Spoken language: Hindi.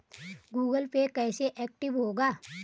गूगल पे कैसे एक्टिव होगा?